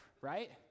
right